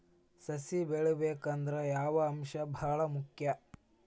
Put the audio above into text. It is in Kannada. ಸಸಿ ಬೆಳಿಬೇಕಂದ್ರ ಯಾವ ಅಂಶ ಭಾಳ ಮುಖ್ಯ?